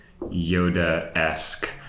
Yoda-esque